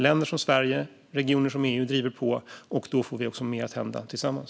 Länder som Sverige och regioner som EU driver på, och då får vi också mer att hända tillsammans.